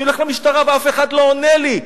אני הולך למשטרה ואף אחד לא עונה לי.